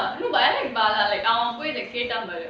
ah you know I like bala அவன் போய் கேட்டான் பாரு:avan poi ketaan paaru